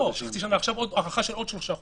לא, עכשיו הארכה של עוד שלושה חודשים.